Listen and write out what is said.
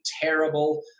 terrible